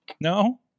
No